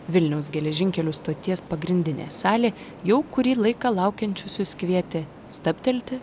vilniaus geležinkelių stoties pagrindinė salė jau kurį laiką laukiančiusius kvietė stabtelti